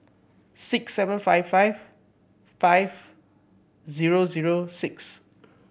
six seven five five five zero zero six